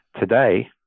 Today